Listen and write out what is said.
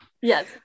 Yes